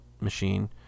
machine